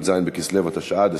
י"ז בכסלו התשע"ד,